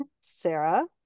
Sarah